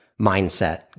mindset